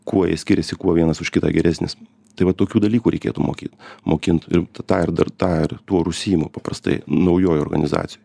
kuo jie skiriasi kuo vienas už kitą geresnis tai va tokių dalykų reikėtų mokyt mokint ir tą ir dar tą ir tuo ir užsiimu paprastai naujoj organizacijoj